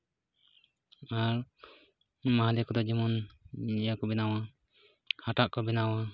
ᱟᱨ ᱢᱟᱦᱞᱮ ᱠᱚᱫᱚ ᱡᱮᱢᱚᱱ ᱤᱭᱟᱹ ᱠᱚ ᱵᱮᱱᱟᱣᱟ ᱦᱟᱴᱟᱜ ᱠᱚ ᱵᱮᱱᱟᱣᱟ